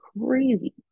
crazy